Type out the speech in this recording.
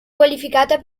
qualificata